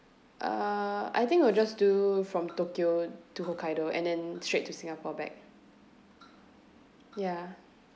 uh I think we'll just do from tokyo to hokkaido and then straight to singapore back ya